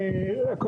עומד.